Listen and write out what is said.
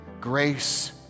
grace